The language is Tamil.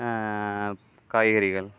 காய்கறிகள்